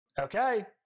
okay